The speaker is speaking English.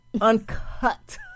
Uncut